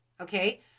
okay